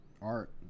art